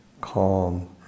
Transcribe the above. calm